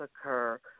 occur